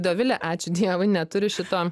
dovile ačiū dievui neturi šito